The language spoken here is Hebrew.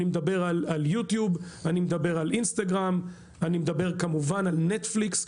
אני מדבר על YouTube, Instagram, וכמובן Netflix,